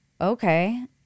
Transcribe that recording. okay